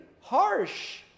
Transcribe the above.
harsh